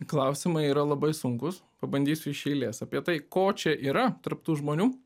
klausimai yra labai sunkūs pabandysiu iš eilės apie tai ko čia yra tarp tų žmonių